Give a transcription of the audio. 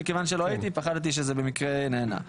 מכיוון שלא הייתי, פחדתי שזה במקרה נענה.